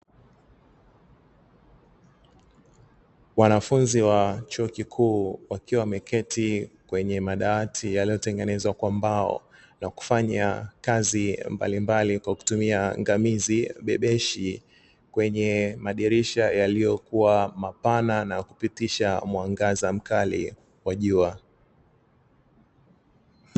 Wanafunzi wa chuo kikuu wakiwa wameketi kwenye madawati yaliyotengenezwa kwa mbao na kufanya kazi mbalimbali kwa kutumia ngamizi bebeshi, kwenye madirisha yaliyokuwa mapana na kupitisha mwangaza mkali wa jua.